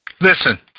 Listen